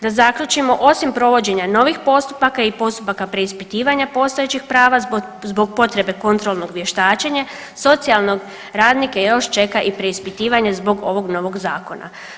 Da zaključimo, osim provođenja novih postupaka i postupaka preispitivanja postojećih prava zbog potrebe kontrolnog vještačenja socijalne radnike još čeka i preispitivanje zbog ovog novog zakona.